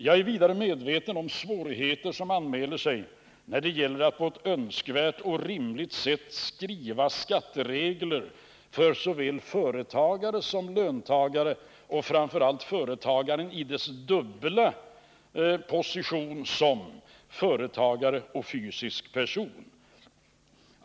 Jag är vidare medveten om svårigheter som anmäler sig när det gäller att på ett önskvärt och rimligt sätt skriva skatteregler för såväl företagare som löntagare liksom framför allt för företagaren i dennes dubbla position som företagare och fysisk person.